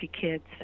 Kids